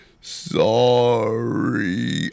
Sorry